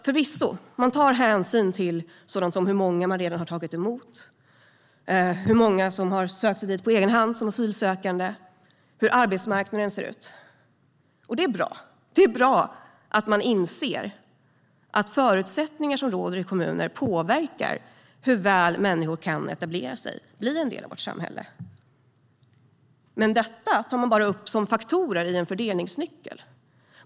Förvisso tar man hänsyn till sådant som hur många som redan har tagits emot, hur många som har sökt sig till kommunen på egen hand som asylsökande och hur arbetsmarknaden ser ut. Det är bra att man inser att de förutsättningar som råder i kommunerna påverkar hur väl människor kan etablera sig och bli en del av vårt samhälle. Men detta tar man bara upp som faktorer i en fördelningsnyckel.